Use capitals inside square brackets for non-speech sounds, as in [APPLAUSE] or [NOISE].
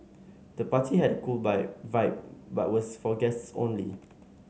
the party had a cool [UNINTELLIGIBLE] vibe but was for guests only